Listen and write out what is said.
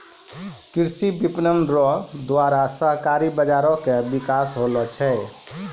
कृषि विपणन रो द्वारा सहकारी बाजारो के बिकास होलो छै